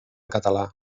català